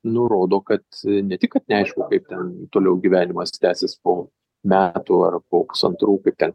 nurodo kad ne tik kad neaišku kaip ten toliau gyvenimas tęsis po metų ar po pusantrų kaip ten